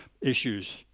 issues